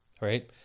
right